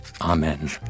Amen